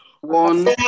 One